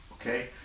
okay